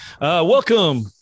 welcome